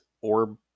Orb